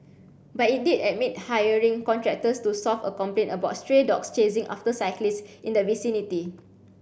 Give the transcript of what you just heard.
but it did admit hiring contractors to solve a complaint about stray dogs chasing after cyclists in the vicinity